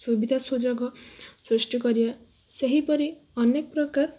ସୁବିଧା ସୁଯୋଗ ସୃଷ୍ଟି କରିବା ସେହିପରି ଅନେକ ପ୍ରକାର